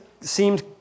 seemed